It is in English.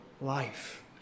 life